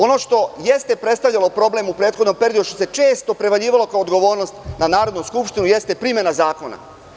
Ono što jeste predstavljalo problem u prethodnom periodu, što se često prevaljivalo kao odgovornost na Narodnu skupštinu jeste primena zakona.